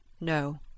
No